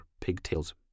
pigtails